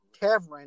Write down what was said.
tavern